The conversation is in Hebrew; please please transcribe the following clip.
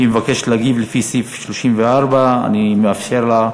היא מבקשת להגיב לפי סעיף 34. אני מאפשר לה.